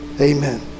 amen